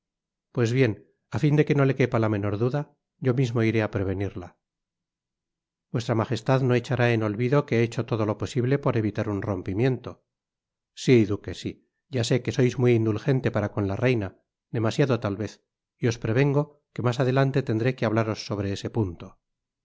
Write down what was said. pues bien á fin de que no le quepa la menor duda yo mismo iré á prevenirla vuestra majestad no echará en olvido que he hecho todo lo posible por evitar un rompimiento si duque si ya sé que sois muy indulgente para con la reina demasiado tal vez y os prevengo que mas adelante tendré que hablaros sobre ese punto